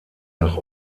nach